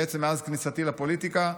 למעשה מאז כניסתי לפוליטיקה: